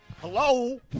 Hello